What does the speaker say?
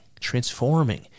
transforming